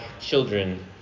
children